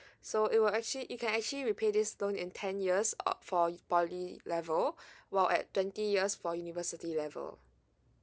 so it will actually you can actually repay this loan in ten years opt for poly level while at twenty years for university level